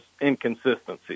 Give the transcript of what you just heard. inconsistency